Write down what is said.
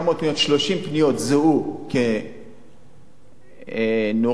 30 פניות זוהו כנורה אדומה,